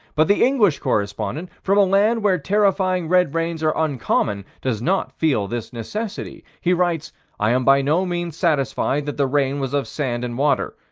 but the english correspondent, from a land where terrifying red rains are uncommon, does not feel this necessity. he writes i am by no means satisfied that the rain was of sand and water.